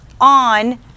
on